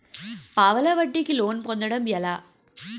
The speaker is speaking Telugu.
పావలా వడ్డీ కి లోన్ పొందటం ఎలా?